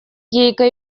гейка